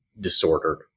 disordered